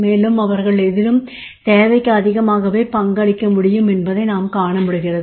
மேலும் அவர்கள் எதிலும் தேவைக்கு அதிகமாகவே பங்களிக்க முடியும் என்பதை நாம் காண முடிகிறது